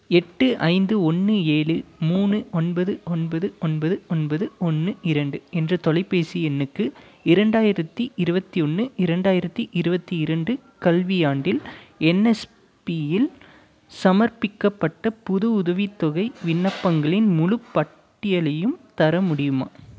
எட்டு ஐந்து ஒன்று ஏழு மூணு ஒன்பது ஒன்பது ஒன்பது ஒன்பது ஒன்று இரண்டு என்ற தொலைபேசி எண்ணுக்கு இரண்டாயிரத்தி இருபத்தி ஒன்று இரண்டாயிரத்தி இருபத்தி இரண்டு கல்வியாண்டில் என்எஸ்பியில் சமர்ப்பிக்கப்பட்ட புது உதவித்தொகை விண்ணப்பங்களின் முழுப் பட்டியலையும் தர முடியுமா